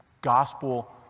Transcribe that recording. gospel